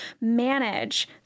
manage